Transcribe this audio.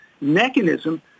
mechanism